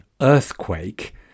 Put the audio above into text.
earthquake